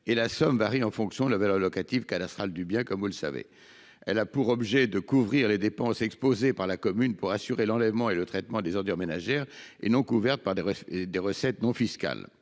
; la somme varie en fonction de la valeur locative cadastrale du bien. Elle a pour objet de couvrir les dépenses exposées par la commune pour assurer l'enlèvement et le traitement des ordures ménagères non couvertes par des recettes non fiscales.